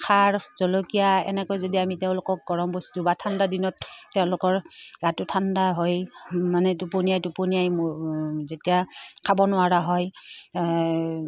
সাৰ জলকীয়া এনেকৈ যদি আমি তেওঁলোকক গৰম বস্তু বা ঠাণ্ডাৰ দিনত তেওঁলোকৰ গাটো ঠাণ্ডা হয় মানে টোপনিয়াই টোপনিয়াই যেতিয়া খাব নোৱাৰা হয়